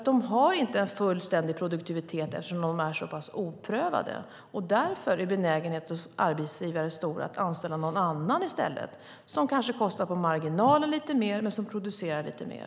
De har inte en fullständig produktivitet eftersom de är så pass oprövade. Därför är benägenheten stor hos arbetsgivare att i stället anställa någon annan som kanske på marginalen kostar lite mer men som producerar lite mer.